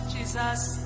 Jesus